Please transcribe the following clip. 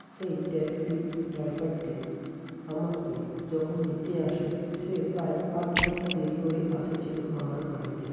সেই ট্যাক্সির ড্রাইভারটি আমাকে যখন নিতে আসে সে প্রায় আধ ঘন্টা দেরি করে এসেছিলো আমার বাড়িতে